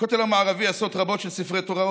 בכותל המערבי עשרות רבות של ספרי תורה,